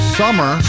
summer